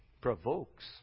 provokes